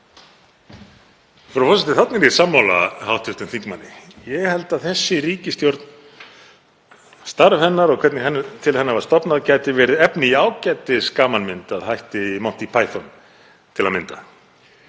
Frú forseti. Þarna er ég sammála hv. þingmanni. Ég held að þessi ríkisstjórn, starf hennar og hvernig til hennar var stofnað, gæti verið efni í ágætisgamanmynd að hætti Monty Python til að mynda